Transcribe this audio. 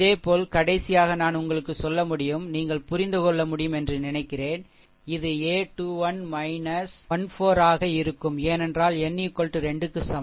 இதேபோல்கடைசியாக நான் உங்களுக்குச் சொல்ல முடியும் நீங்கள் புரிந்து கொள்ள முடியும் என்று நினைக்கிறேன் இது a 2 1 1 4 ஆக இருக்கும் ஏனென்றால் n 2 க்கு சமம் சரி